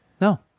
No